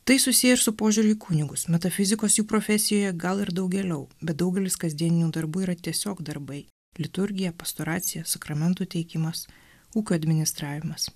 tai susiję ir su požiūriu į kunigus metafizikos jų profesijoje gal ir daugėliau bet daugelis kasdieninių darbų yra tiesiog darbai liturgija pastoracija sakramentų teikimas ūkio administravimas